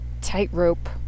tightrope